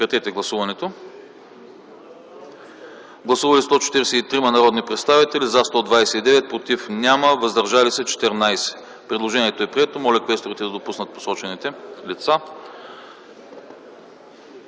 предложение. Гласували 143 народни представители: за 129, против няма, въздържали се 14. Предложението е прието. Моля квесторите да допуснат посочените лица.